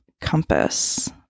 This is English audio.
compass